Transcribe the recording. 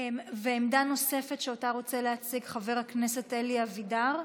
עמדה נוספת רוצה להציג חבר הכנסת אלי אבידר.